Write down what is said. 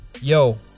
yo